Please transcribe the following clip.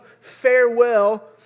farewell